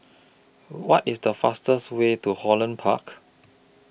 What IS The fastest Way to Holland Park